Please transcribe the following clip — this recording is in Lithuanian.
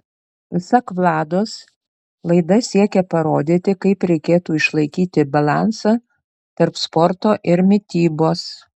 pasak vlados laida siekia parodyti kaip reikėtų išlaikyti balansą tarp sporto ir mitybos